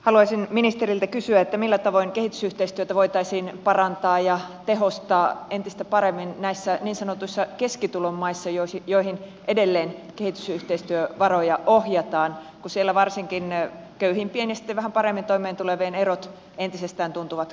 haluaisin ministeriltä kysyä millä tavoin kehitysyhteistyötä voitaisiin parantaa ja tehostaa entistä paremmin näissä niin sanotuissa keskitulon maissa joihin edelleen kehitysyhteistyövaroja ohjataan kun siellä varsinkin köyhimpien ja sitten vähän paremmin toimeentulevien erot entisestään tuntuvat kasvavan